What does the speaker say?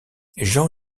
jean